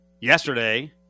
Yesterday